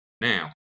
now